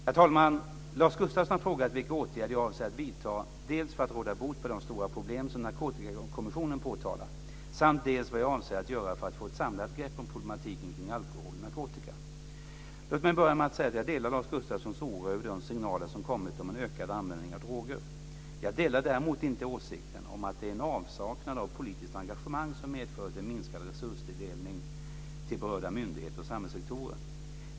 Herr talman! Lars Gustafsson har frågat dels vilka åtgärder jag avser att vidta för att råda bot på de stora problem som Narkotikakommissionen påtalar, dels vad jag avser att göra för att få ett samlat grepp om problematiken kring alkohol och narkotika. Låt mig börja med att säga att jag delar Lars Gustafssons oro över de signaler som kommit om en ökad användning av droger. Jag delar däremot inte åsikten att det är en avsaknad av politiskt engagemang som medfört en minskad resurstilldelning till berörda myndigheter och samhällssektorer.